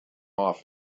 off